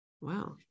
Wow